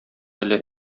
әле